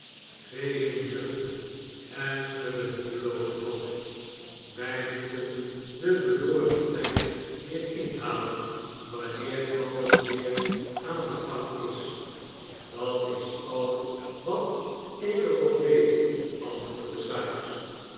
fagin zuchtte en schudde moedeloos het hoofd wij moeten den verloren tijd weer inhalen wanneer alles weer aan den gang is dat is al wat ik er op weet antwoordde sikes